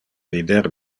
vider